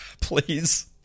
Please